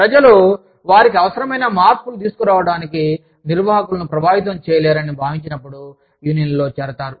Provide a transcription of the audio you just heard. ప్రజలు వారికి అవసరమైన మార్పులు తీసుకురావడానికి నిర్వాహకులను ప్రభావితం చేయలేరని భావించినప్పుడు యూనియన్లలో చేరతారు